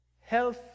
health